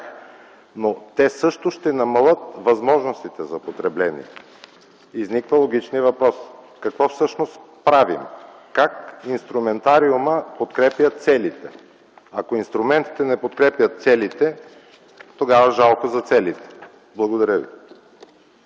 но те също ще намалят възможностите за потреблението. Изниква логичният въпрос какво всъщност правим, как инструментариумът подкрепя целите. Ако инструментите не подкрепят целите, тогава жалко за целите. Благодаря ви.